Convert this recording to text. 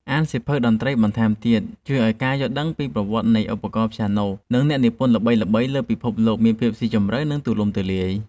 អានសៀវភៅតន្ត្រីបន្ថែមទៀតជួយឱ្យការយល់ដឹងពីប្រវត្តិនៃឧបករណ៍ព្យ៉ាណូ និងអ្នកនិពន្ធល្បីៗលើពិភពលោកមានភាពស៊ីជម្រៅ និងទូលំទូលាយ។